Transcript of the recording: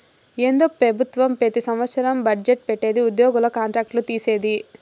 ఏందో పెబుత్వం పెతి సంవత్సరం బజ్జెట్ పెట్టిది ఉద్యోగుల కాంట్రాక్ట్ లు తీసేది